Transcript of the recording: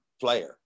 player